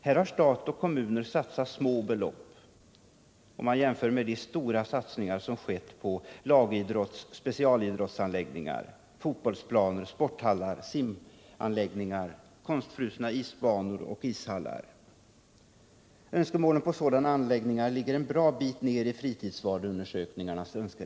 Här har stat och kommuner satsat små belopp, om man jämför med de stora satsningar som skett på lagidrottsoch specialidrottsanläggningar, fotbollsplaner, sporthallar, simanläggningar, konstfrusna isbanor och ishallar. Önskemålen om sådana anläggningar ligger en bra bit ner på listan i fritidsvaneundersökningarna.